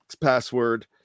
password